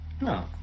No